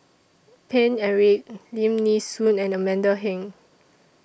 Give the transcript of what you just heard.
Paine Eric Lim Nee Soon and Amanda Heng